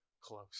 close